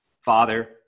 Father